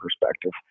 perspective